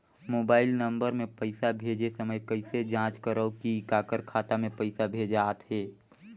Mobile number मे पइसा भेजे समय कइसे जांच करव की काकर खाता मे पइसा भेजात हे?